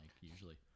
usually